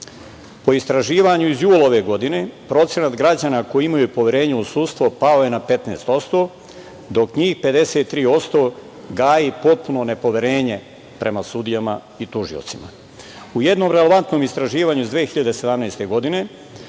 istraživanju iz jula ove godine, procenat građana koji ima poverenje u sudstvo pao je na 15%, dok njih 53% gaji potpuno nepoverenje prema sudijama i tužiocima.U jednom relevantnom istraživanju iz 2017. godine